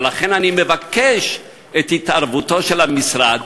ולכן אני מבקש את התערבותו של המשרד,